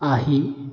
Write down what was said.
আহি